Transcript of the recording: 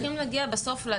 אנחנו צריכים להגיע בסוף לתוכן.